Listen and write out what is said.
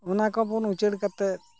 ᱚᱱᱟ ᱠᱚᱵᱚᱱ ᱩᱪᱟᱹᱲ ᱠᱟᱛᱮᱫ